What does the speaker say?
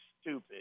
stupid